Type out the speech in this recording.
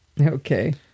Okay